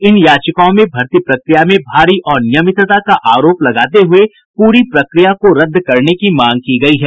इन याचिकाओं में भर्ती प्रक्रिया में भारी अनियमितता का आरोप लगाते हुये पूरी प्रक्रिया को रद्द करने की मांग की गयी है